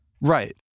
Right